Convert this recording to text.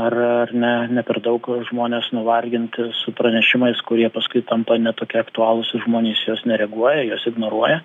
ar ar ne ne per daug žmonės nuvarginti su pranešimais kurie paskui tampa ne tokie aktualūs žmonės į juos nereaguoja juos ignoruoja